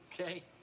okay